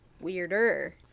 weirder